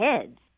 kids